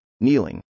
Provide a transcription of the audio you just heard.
kneeling